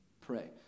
Pray